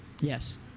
yes